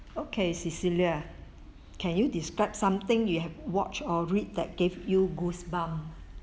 okay cecilia can you describe something you have watch or read that gave you goosebump